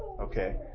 okay